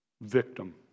victim